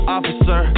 Officer